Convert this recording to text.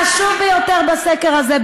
והנתון החשוב ביותר בסקר הזה,